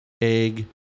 egg